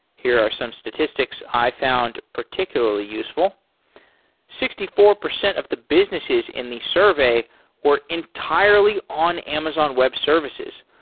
here are some statistics i found particularly useful sixty four percent of the businesses in the survey were entirely on amazon web services,